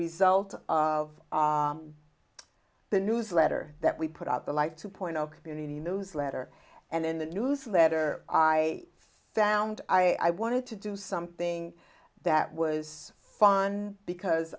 result of the newsletter that we put out the life two point zero community newsletter and in the newsletter i found i wanted to do something that was fun because